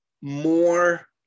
more